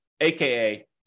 aka